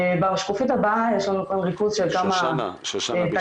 בשקופית הבאה יש לנו ריכוז של כמה תקלות --- שושנה ברשותך,